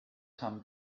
come